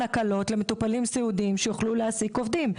הקלות למטופלים סיעודיים כדי שיוכלו להעסיק עובדים.